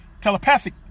telepathic